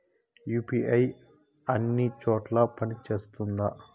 UPI అన్ని చోట్ల పని సేస్తుందా?